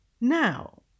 Now